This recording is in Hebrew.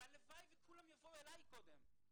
הלוואי וכולם יבואו אלי קודם.